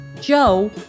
Joe